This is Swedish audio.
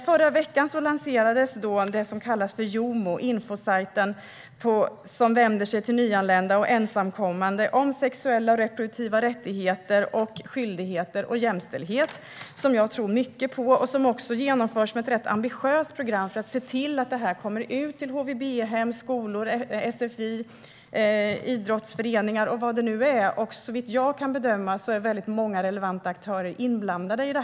Förra veckan lanserades infosajten Youmo, som vänder sig till nyanlända och ensamkommande och som tar upp sexuella och reproduktiva rättigheter och skyldigheter samt jämställdhet. Jag tror mycket på denna sajt, som införs med ett rätt ambitiöst program för att se till att detta kommer ut till HVB-hem, skolor, sfi, idrottsföreningar och vad det nu kan vara. Såvitt jag kan bedöma är många relevanta aktörer inblandade.